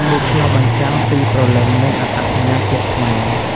វាឆ្លុះបញ្ចាំងពីព្រលឹងនិងអត្តសញ្ញាណជាតិខ្មែរ។